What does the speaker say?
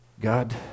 God